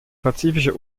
pazifische